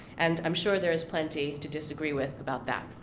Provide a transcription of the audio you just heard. and i'm sure there is plenty to disagree with about that.